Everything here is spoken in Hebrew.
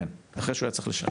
כן, אחרי שהוא היה צריך לשלם.